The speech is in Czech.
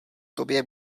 tobě